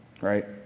Right